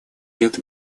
лет